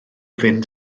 fynd